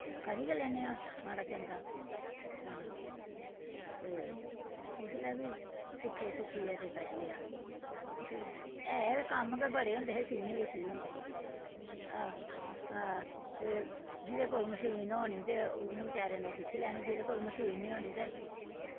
करी गै लैने आं माड़ा चंगा ते सुक्खै सिक्खियै करी लेआ ऐ कम्म बी बड़े होंदे सीह्ने केह् होंदे हे ते उै जेह्दे कोल मशीन होनी ते उन्ने सिक्खी लैनी ते जेह्दे कोल मशीन होऐ उन्ने सिक्खी लैनी